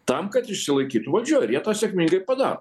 tam kad išsilaikytų valdžioj ir jie tą sėkmingai padaro